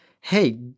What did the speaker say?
Hey